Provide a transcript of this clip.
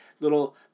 little